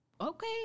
Okay